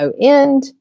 end